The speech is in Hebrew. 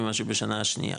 ממה שבשנה השנייה,